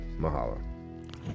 Mahalo